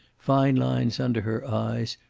fine lines under her eyes,